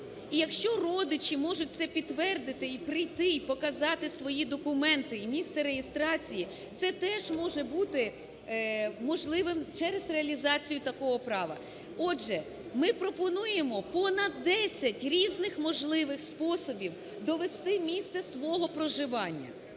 і якщо родичі можуть це підтвердити і прийти, і показати свої документи і місце реєстрації, це теж може бути можливим через реалізацію такого права. Отже, ми пропонуємо понад десять різних можливих способів довести місце свого проживання.